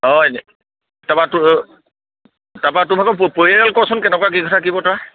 হয় তাৰ পৰা তোৰ তাৰ পৰা তোমালোকৰ পৰিয়াল কচোন কেনেকুৱা কি কথা কি বতৰা